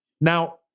Now